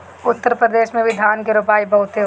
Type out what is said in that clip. उत्तर प्रदेश में भी धान के रोपाई बहुते होला